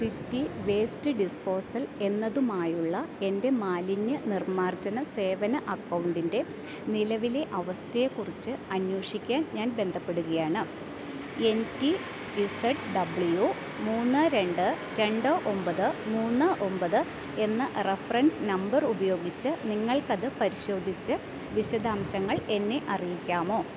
city waste disposal എന്നതുമായുള്ള എൻ്റെ മാലിന്യനിർമാർജന സേവന അക്കൗണ്ടിൻ്റെ നിലവിലെ അവസ്ഥയെക്കുറിച്ച് അന്വേഷിക്കാൻ ഞാൻ ബന്ധപ്പെടുകയാണ് എൻ റ്റി ഇസഡ് ഡബ്ല്യൂ മൂന്ന് രണ്ട് രണ്ട് ഒമ്പത് മൂന്ന് ഒമ്പത് എന്ന റഫറൻസ് നമ്പർ ഉപയോഗിച്ച് നിങ്ങൾക്കത് പരിശോധിച്ച് വിശദാംശങ്ങൾ എന്നെ അറിയിക്കാമോ